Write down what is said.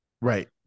Right